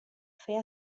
fer